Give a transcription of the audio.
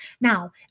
Now